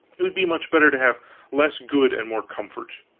it would be much better to have less good and more comfort.